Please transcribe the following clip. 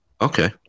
Okay